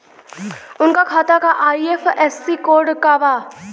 उनका खाता का आई.एफ.एस.सी कोड का बा?